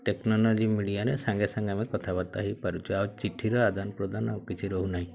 technology ମିଡ଼ିଆରେ ସାଙ୍ଗେ ସାଙ୍ଗେ ଆମେ କଥାବାର୍ତ୍ତା ହୋଇପାରୁଛୁ ଆଉ ଚିଠିର ଆଦାନ ପ୍ରଦାନ ଆଉ କିଛି ରହୁନାହିଁ